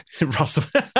Russell